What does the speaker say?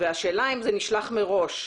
השאלה אם זה נשלח מראש.